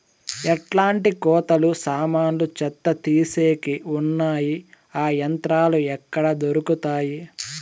ఎట్లాంటి కోతలు సామాన్లు చెత్త తీసేకి వున్నాయి? ఆ యంత్రాలు ఎక్కడ దొరుకుతాయి?